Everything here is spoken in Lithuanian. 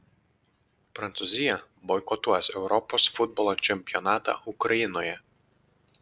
prancūzija boikotuos europos futbolo čempionatą ukrainoje